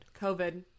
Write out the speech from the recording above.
COVID